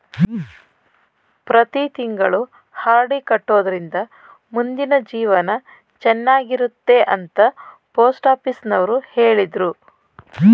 ಪ್ರತಿ ತಿಂಗಳು ಆರ್.ಡಿ ಕಟ್ಟೊಡ್ರಿಂದ ಮುಂದಿನ ಜೀವನ ಚನ್ನಾಗಿರುತ್ತೆ ಅಂತ ಪೋಸ್ಟಾಫೀಸುನವ್ರು ಹೇಳಿದ್ರು